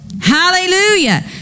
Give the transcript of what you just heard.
Hallelujah